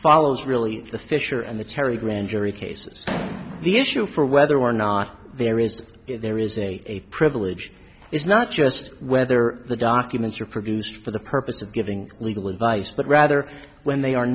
follows really the fisher and the terry grand jury cases the issue for whether or not there is there is a privilege it's not just whether the documents are produced for the purpose of giving legal advice but rather when they are